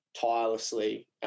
tirelessly